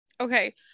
Okay